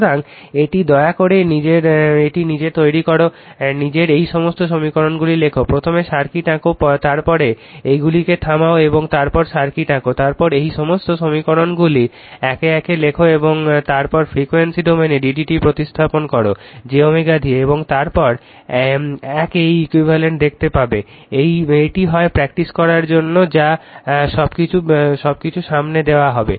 সুতরাং এটি দয়া করে এটি নিজের তৈরি করো নিজের এই সমস্ত সমীকরণগুলি লেখো প্রথমে সার্কিট আঁক তারপরে এইগুলিকে থামাও এবং তারপর সার্কিট আঁক তারপর এই সমস্ত সমীকরণগুলি একে একে লেখো এবং তারপর frequency domain d d t প্রতিস্থাপন করো j ω দিয়ে এবং তারপর এই এক ইকুইভ্যালেন্ট দেখতে পাবে এটি হয় প্রাকটিস করার জন্য বা সবকিছু সামনে দেওয়া হয়